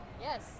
Yes